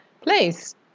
place